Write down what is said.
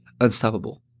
unstoppable